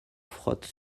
frotte